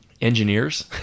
engineers